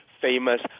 famous